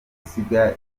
gusiga